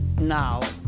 Now